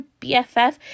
BFF